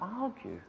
argue